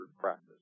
practice